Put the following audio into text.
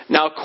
Now